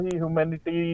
humanity